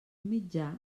mitjà